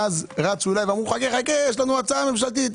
ואז אמרו לי: חכה, יש לנו הצעה ממשלתית.